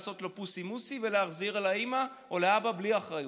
לעשות לו פוצי מוצי ולהחזיר לאימא או לאבא בלי אחריות,